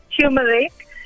turmeric